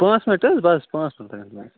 پانٛژ مِنٛٹ حظ بَس پانٛژ مِنٛٹ لَگَن تٔمِس